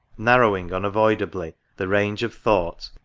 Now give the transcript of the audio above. narrowing unavoidably the range of thought,